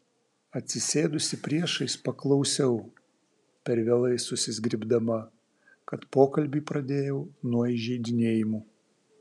atsisėdusi priešais paklausiau per vėlai susizgribdama kad pokalbį pradėjau nuo įžeidinėjimų